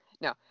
No